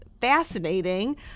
fascinating